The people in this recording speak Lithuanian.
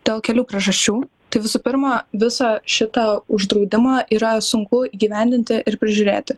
dėl kelių priežasčių tai visų pirma visą šitą uždraudimą yra sunku įgyvendinti ir prižiūrėti